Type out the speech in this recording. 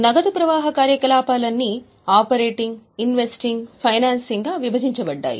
నగదు ప్రవాహ కార్యకలాపాలన్నీ ఆపరేటింగ్ ఇన్వెస్టింగ్ ఫైనాన్సింగ్గా విభజించబడ్డాయి